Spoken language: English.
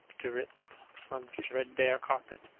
drip on the threadbare carpet.